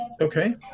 Okay